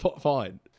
fine